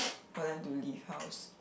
for them to leave house